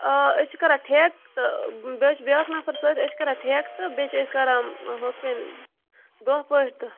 آ أسۍ چھِ کران ٹھیکہٕ تہِ بیٚیہِ چھُ بیاکھ نفر سۭتۍ أسۍ چھِ کران ٹھیکہٕ بیٚیہِ چھِ أسۍ کران ہُتھ کٔنۍ دۄہ پٲٹھی تہِ